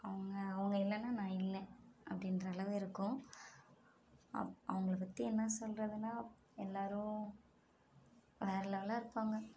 அவங்கள் அவங்கள் இல்லைன்னா நான் இல்லை அப்படின்ற அளவு இருக்கோம் அவங்களை பற்றி என்ன சொல்றதுனா எல்லோரும் வேற லெவெலாக இருப்பாங்க